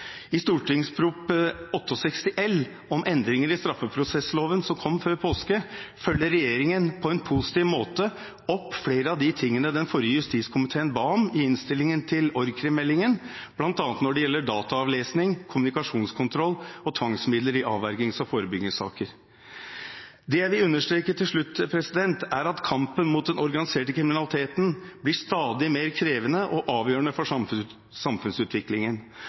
I Prop. 68 L om endringer i straffeprosessloven, som kom før påske, følger regjeringen på en positiv måte opp flere av de tingene den forrige justiskomiteen ba om i innstillingen til org.krim.-meldingen, bl.a. når det gjelder dataavlesning, kommunikasjonskontroll og tvangsmidler i avvergings- og forebyggingssaker. Det jeg vil understreke til slutt, er at kampen mot den organiserte kriminaliteten blir stadig mer krevende og avgjørende for samfunnsutviklingen,